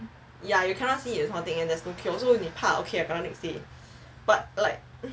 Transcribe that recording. but like